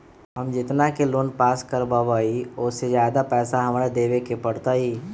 हम जितना के लोन पास कर बाबई ओ से ज्यादा पैसा हमरा देवे के पड़तई?